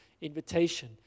invitation